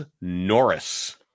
Norris